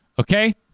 okay